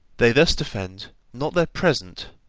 they thus defend not their present,